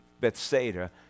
Bethsaida